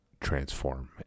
transform